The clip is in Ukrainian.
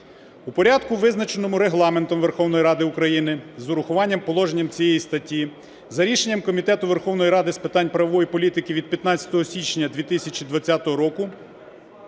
У порядку, визначеному Регламентом Верховної Ради України, з урахуванням положень цієї статті, за рішенням Комітету Верховної Ради з питань правової політики (від 15 січня 2020 року)